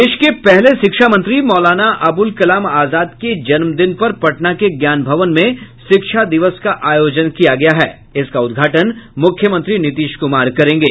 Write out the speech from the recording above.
देश के पहले शिक्षा मंत्री मौलाना अबूल कलाम आजाद के जन्मदिन पर पटना के ज्ञान भवन में शिक्षा दिवस का आयोजन किया गया है जिसका उद्घाटन मुख्यमंत्री नीतीश कुमार करेंगे